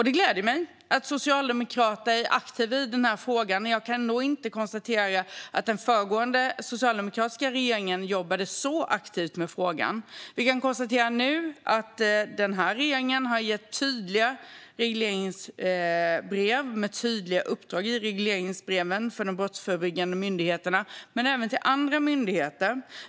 Det gläder mig att Socialdemokraterna är aktiva i den här frågan, men jag kan ändå inte konstatera att den föregående socialdemokratiska regeringen jobbade särskilt aktivt med frågan. Vi kan nu konstatera att den här regeringen har gett tydliga uppdrag i regleringsbreven till de brottsförebyggande myndigheterna men även till andra myndigheter.